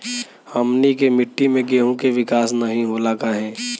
हमनी के मिट्टी में गेहूँ के विकास नहीं होला काहे?